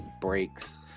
breaks